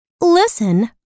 Listen